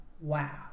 Wow